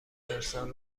ارسال